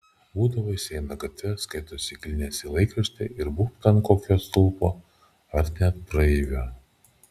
būdavo jis eina gatve skaito įsigilinęs į laikraštį ir būbt ant kokio stulpo ar net praeivio